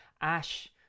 Ash